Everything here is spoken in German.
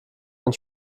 dann